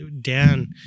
Dan